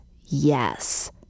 yes